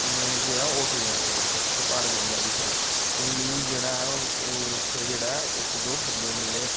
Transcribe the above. में गेआ होटल लेने इक प्हाड़गंज आह्ली साइड मी जेह्ड़ा ऐ ओह् उत्थै जेह्ड़ा ऐ ओह् इक दो बंदे मिले